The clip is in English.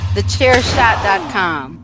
TheChairShot.com